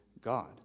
God